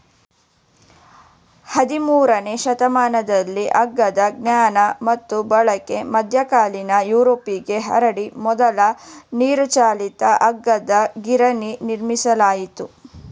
ಹದಿಮೂರನೇ ಶತಮಾನದಲ್ಲಿ ಕಾಗದ ಜ್ಞಾನ ಮತ್ತು ಬಳಕೆ ಮಧ್ಯಕಾಲೀನ ಯುರೋಪ್ಗೆ ಹರಡಿ ಮೊದಲ ನೀರುಚಾಲಿತ ಕಾಗದ ಗಿರಣಿ ನಿರ್ಮಿಸಲಾಯಿತು